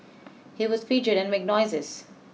he would fidget and make noises